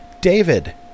David